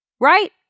right